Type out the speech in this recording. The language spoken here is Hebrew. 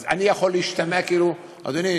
אז זה יכול להשתמע כאילו: אדוני,